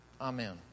Amen